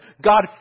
God